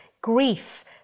grief